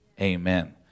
Amen